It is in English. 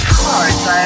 cards